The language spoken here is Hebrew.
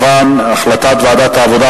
החלטת ועדת העבודה,